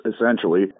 essentially